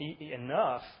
enough